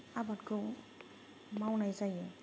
आबादखौ मावनाय जायो